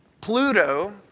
Pluto